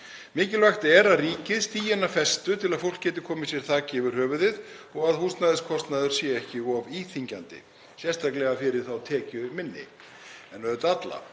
Mikilvægt er að ríkið stígi inn af festu til að fólk geti komið sér þaki yfir höfuðið og til að húsnæðiskostnaður sé ekki of íþyngjandi, sérstaklega fyrir þá tekjuminni, en auðvitað fyrir